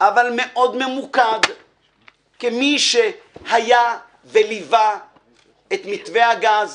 אבל מאוד ממוקד כמי שהיה וליווה את מתווה הגז